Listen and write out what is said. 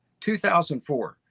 2004